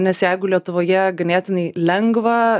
nes jeigu lietuvoje ganėtinai lengva